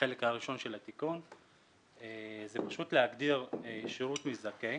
בחלק הראשון של התיקון זה פשוט להגדיר שירות מזכה,